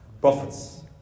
prophets